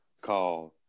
called